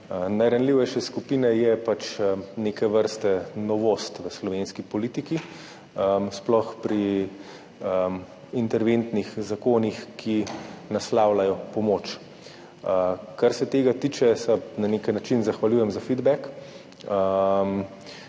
najranljivejše skupine, je neke vrste novost v slovenski politiki, sploh pri interventnih zakonih, ki naslavljajo pomoč. Kar se tega tiče, se na nek način zahvaljujem za feedback,